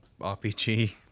RPG